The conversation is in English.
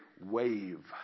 wave